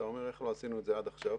אתה שואל איך לא עשינו את זה עד עכשיו.